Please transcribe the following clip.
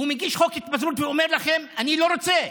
הוא מגיש חוק התפזרות ואומר לכם: אני לא רוצה,